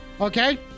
Okay